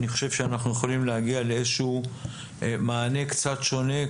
חושב שאנחנו יכולים להגיע לאיזשהו מענה קצת שונה,